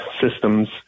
systems